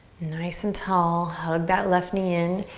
nice and tall, hug that left knee in.